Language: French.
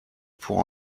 pour